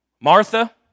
Martha